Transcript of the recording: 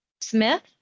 Smith